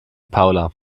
paula